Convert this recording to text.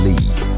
League